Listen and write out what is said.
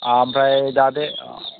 ओमफ्राय दा बे